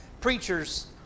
preachers